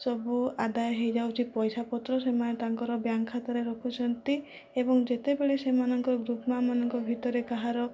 ସବୁ ଆଦାୟ ହୋଇ ଯାଉଛି ପଇସାପତ୍ର ସେମାନେ ତାଙ୍କର ବ୍ୟାଙ୍କ ଖାତାରେ ରଖୁଛନ୍ତି ଏବଂ ଯେତେବେଳେ ସେମାନଙ୍କର ଗ୍ରୁପ ମାଆ ମାନଙ୍କ ଭିତରେ କାହାର